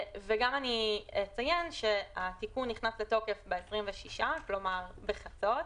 גם אציין שהתיקון נכנס לתוקף ב-26, כלומר בחצות.